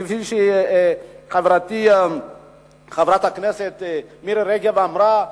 כפי שחברתי חברת הכנסת מירי רגב אמרה,